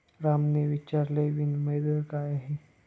रामने विचारले, विनिमय दर काय आहे?